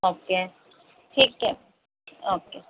okay ٹھیک ہے okay